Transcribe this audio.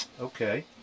Okay